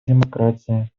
демократии